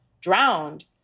drowned